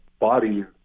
body